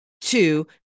Two